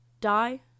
die